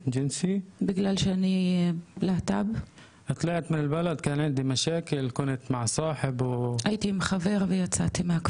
לכלוא אותך, קרובים, משפחה, חברים, הרביצו לי,